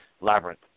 Labyrinth